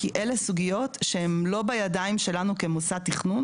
כי אלה סוגיות שהן לא בידיים שלנו כמוסד תכנון